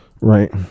Right